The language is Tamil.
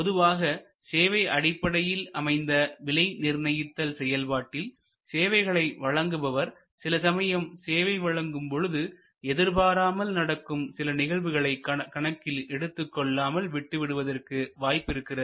பொதுவாக சேவை அடிப்படையில் அமைந்த விலை நிர்ணயித்தல் செயல்பாட்டில் சேவைகளை வழங்குபவர் சில சமயம் சேவை வழங்கும் பொழுது எதிர்பாராமல் நடக்கும் சில நிகழ்வுகளை கணக்கில் எடுத்துக் கொள்ளாமல் விட்டுவிடுவதற்கு வாய்ப்பிருக்கிறது